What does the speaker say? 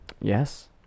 Yes